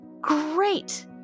great